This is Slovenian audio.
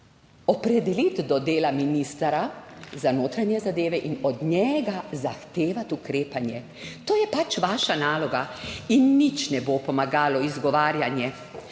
opredeliti do dela ministra za notranje zadeve in od njega zahtevati ukrepanje. To je pač vaša naloga. In nič ne bo pomagalo izgovarjanje.